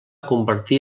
convertir